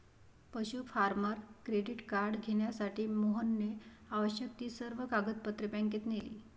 पशु farmer credit card घेण्यासाठी मोहनने आवश्यक ती सर्व कागदपत्रे बँकेत नेली